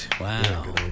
wow